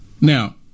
Now